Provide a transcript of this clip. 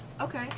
Okay